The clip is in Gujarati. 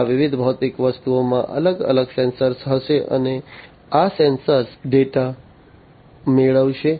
આ વિવિધ ભૌતિક વસ્તુઓમાં અલગ અલગ સેન્સર હશે અને આ સેન્સર ડેટા મેળવશે